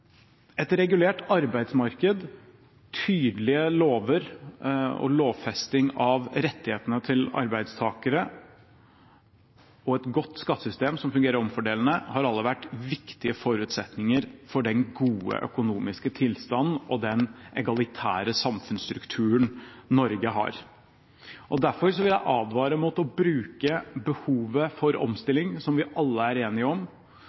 Et regulert arbeidsmarked, tydelige lover og lovfesting av rettighetene til arbeidstakere og et godt skattesystem som fungerer omfordelende, har alle vært viktige forutsetninger for den gode økonomiske tilstanden og den egalitære samfunnsstrukturen Norge har. Derfor vil jeg advare mot å bruke behovet for omstilling, som vi alle er enige om,